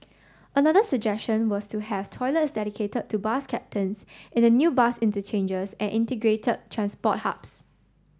another suggestion was to have toilets dedicated to bus captains in the new bus interchanges and integrated transport hubs